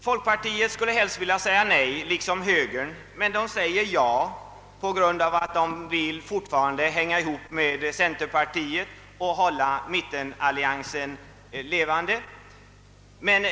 Folkpartisterna skulle alltså helst — liksom högern — vilja säga Nej, men de säger Ja på grund av att de fortfarande vill hänga ihop med centerpartiet och hålla mittenalliansen levande.